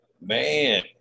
man